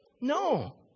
No